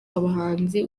abahanzi